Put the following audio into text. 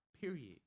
Period